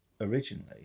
originally